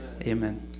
amen